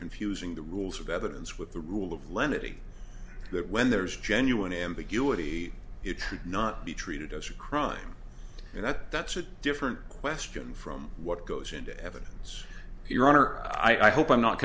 confusing the rules of evidence with the rule of lenity that when there is genuine ambiguity it would not be treated as a crime and that that's a different question from what goes into evidence your honor i hope i'm not